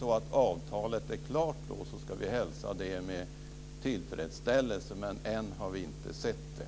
Om avtalet är klart ska vi hälsa det med tillfredsställelse, men än har vi inte sett det.